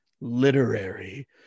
literary